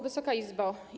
Wysoka Izbo!